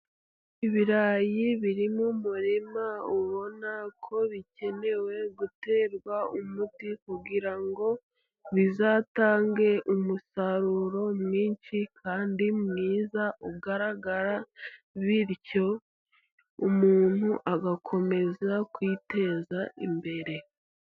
Ibirayi biri mu murima, ubona ko bikenewe guterwa umuti, kugira ngo bizatange umusaruro mwinshi, kandi mwiza ugaragara, bityo umuntu agakomeza kwiteza imbere.